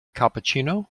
cappuccino